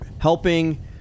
helping